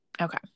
okay